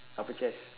upper chest